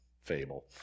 fable